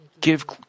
give